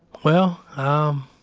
well, um,